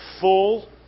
full